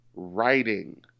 writing